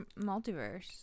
multiverse